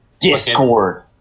Discord